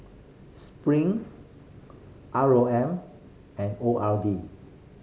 Spring R O M and O R D